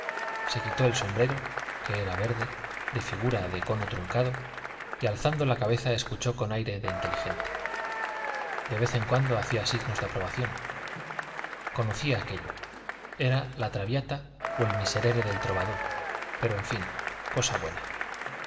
se quitó el sombrero que era verde de figura de cono truncado y alzando la cabeza escuchó con aire de inteligente de vez en cuando hacía signos de aprobación conocía aquello era la traviata o el miserere del trovador pero en fin cosa buena